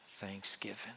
Thanksgiving